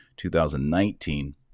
2019